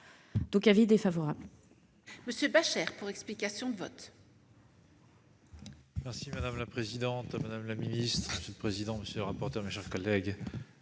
un avis défavorable